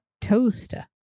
toaster